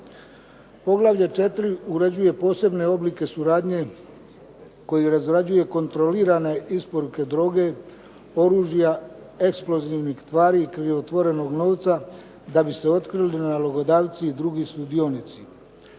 Poglavlje 4. uređuje posebne oblike suradnje koji razrađuje kontrolirane isporuke droge, oružja, eksplozivnih tvari i krivotvorenog novca da bi se otkrili nalogodavci i drugi sudionici.